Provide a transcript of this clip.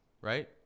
right